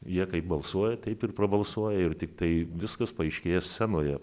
jie kaip balsuoja taip ir prabalsuoja ir tiktai viskas paaiškėja scenoje